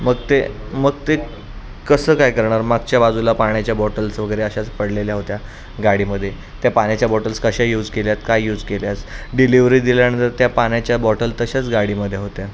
मग ते मग ते कसं काय करणार मागच्या बाजूला पाण्याच्या बॉटल्स वगैरे अशाच पडलेल्या होत्या गाडीमध्ये त्या पाण्याच्या बॉटल्स कशा यूज केल्या आहेत काय यूज केल्यास डिलिव्हरी दिल्यानंतर त्या पाण्याच्या बॉटल तशाच गाडीमध्ये होत्या